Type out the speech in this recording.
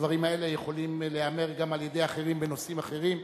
והדברים האלה יכולים להיאמר גם על-ידי אחרים בנושאים אחרים,